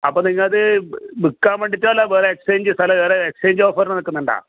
അപ്പം നിങ്ങളത് വിൽക്കാൻ വേണ്ടിയിട്ടല്ല വേറെ എക്സ്ചേഞ്ച് സ്ഥലം വേറെ എക്സ്ചേഞ്ച് ഓഫറിന് നിൽക്കുന്നുണ്ടോ